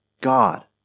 God